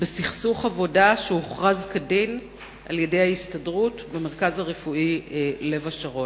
בסכסוך עבודה שהוכרז כדין על-ידי ההסתדרות במרכז הרפואי "לב השרון".